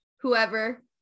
whoever